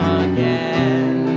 again